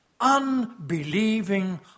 unbelieving